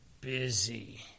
busy